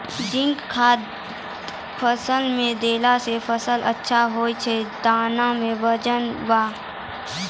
zinc खाद फ़सल मे देला से फ़सल अच्छा होय छै दाना मे वजन ब